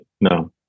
No